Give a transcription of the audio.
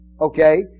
Okay